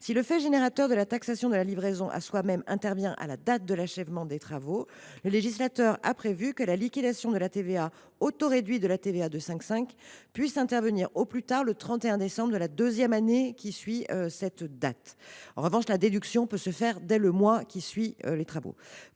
si le fait générateur de la taxation de la livraison à soi même intervient à la date de l’achèvement des travaux, le législateur a prévu que la liquidation de la TVA au taux réduit de 5,5 % intervienne au plus tard le 31 décembre de la deuxième année qui suit cette même date. En revanche, la déduction peut se faire dès le mois suivant la fin de ces travaux.